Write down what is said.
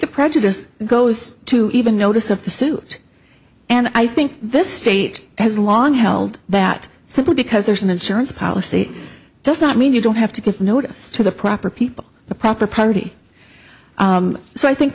the prejudice goes to even notice of the suit and i think this state has long held that simply because there's an insurance policy does not mean you don't have to give notice to the proper people the proper party so i think